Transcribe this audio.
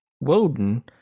woden